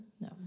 No